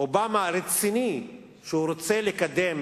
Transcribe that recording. אובמה רציני, והוא רוצה לקדם